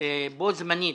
במקביל, בו זמנית,